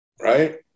Right